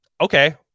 okay